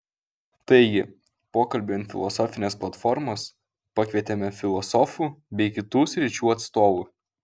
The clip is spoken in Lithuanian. taigi pokalbiui ant filosofinės platformos pakvietėme filosofų bei kitų sričių atstovų